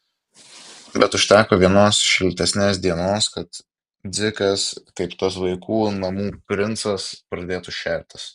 bet užteko vienos šiltesnės dienos kad dzikas kaip tas vaikų namų princas pradėtų šertis